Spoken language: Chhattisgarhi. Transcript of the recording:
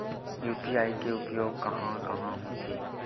यू.पी.आई के उपयोग कहां कहा होथे?